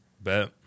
Bet